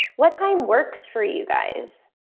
what time works for you guys.